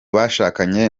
bashakanye